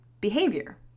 behavior